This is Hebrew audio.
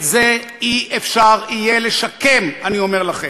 את זה לא יהיה אפשר לשקם, אני אומר לכם.